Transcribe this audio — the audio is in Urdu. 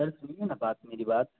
سر سنیے نا بات میری بات